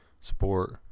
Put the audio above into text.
support